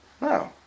No